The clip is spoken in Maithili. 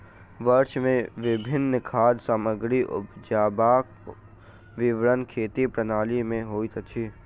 वर्ष मे विभिन्न खाद्य सामग्री उपजेबाक विवरण खेती प्रणाली में होइत अछि